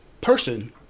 person